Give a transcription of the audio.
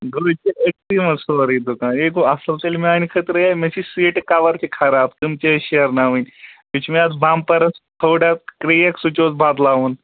گوٚو یہ چھ أکسے مَنٛز سورُے دُکان یے گوٚو اصل تیٚلہِ میانہ خٲطرٕ ہے مےٚ چھ سیٖٹہٕ کَوَر تہ خراب تِم تہِ ٲس شیرناون بیٚیہ چھ یتھ بمپَرَس تھوڑا کریک سُہ تہِ اوس بدلاوُن